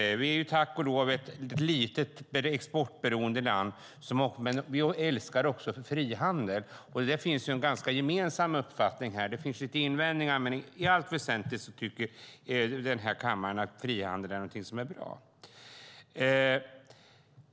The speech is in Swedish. Vi är tack och lov ett litet, exportberoende land som också älskar frihandel. Det finns en ganska gemensam uppfattning här - det finns lite invändningar, men i allt väsentligt tycker kammaren att frihandel är någonting bra.